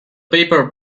paper